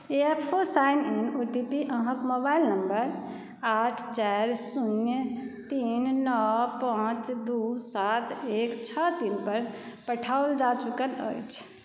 E P F O sign in O T P अहाँक mobile number आठ चारि शून्य तीन नओ पांच दू सात एक छओ तीन पर पठाओल जा चुकल अछि